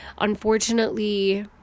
unfortunately